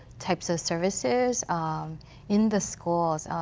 types of services um in the schools,